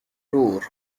tour